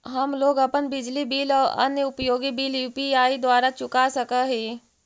हम लोग अपन बिजली बिल और अन्य उपयोगि बिल यू.पी.आई द्वारा चुका सक ही